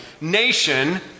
nation